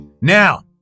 Now